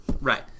Right